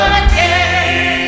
again